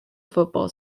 football